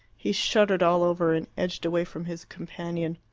he shuddered all over, and edged away from his companion.